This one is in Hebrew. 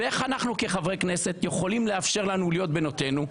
ואיך אנחנו כחברי כנסת יכולים לאפשר להם להיות בנותינו?